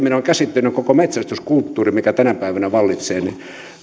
minä olen käsittänyt koko metsästyskulttuurin mikä tänä päivänä vallitsee